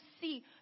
see